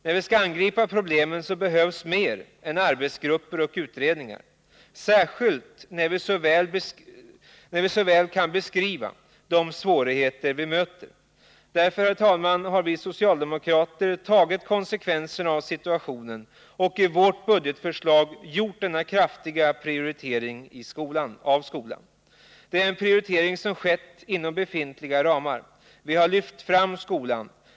När vi skall angripa problemen behövs mer än arbetsgrupper och utredningar, särskilt när vi så väl kan beskriva de svårigheter vi möter. Därför, herr talman, har vi socialdemokrater dragit konsekvenserna av situationen och i vårt budgetförslag gjort denna kraftiga prioritering av skolan. Det är en prioritering inom befintliga ramar. Vi har lyft fram skolan.